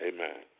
Amen